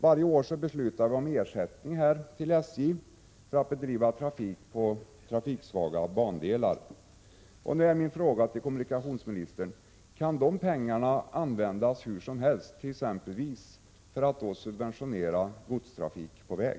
Varje år beslutar vi om ersättning till SJ för företagets bedrivande av trafik på trafiksvaga bandelar. Min fråga till kommunikationsministern är: Kan de pengarna användas hur som helst, exempelvis för att subventionera godstrafik på väg?